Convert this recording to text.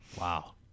Wow